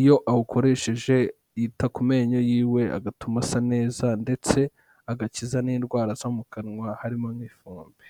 iyo awukoresheje yita ku menyo yiwe agatuma asa neza ndetse agakiza n'indwara zo mu kanwa, harimo n'ifumbi.